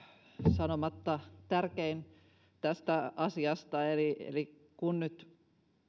sanomatta tärkein tästä asiasta kun nyt